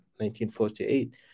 1948